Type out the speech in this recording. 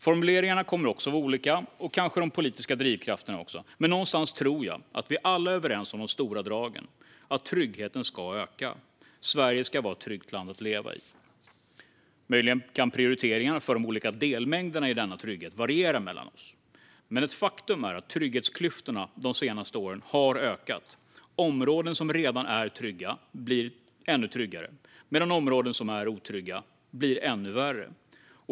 Formuleringarna kommer att vara olika, kanske även de politiska drivkrafterna, men någonstans tror jag att vi alla är överens om de stora dragen: Tryggheten ska öka, och Sverige ska vara ett tryggt land att leva i. Möjligen kan prioriteringarna för de olika delmängderna i denna trygghet variera mellan oss, men ett faktum är att trygghetsklyftorna de senaste åren har ökat. Områden som redan är trygga blir ännu tryggare, medan områden som är otrygga blir ännu värre.